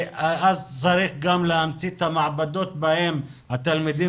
אז צריך גם להמציא את המעבדות בן התלמידים